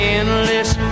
endless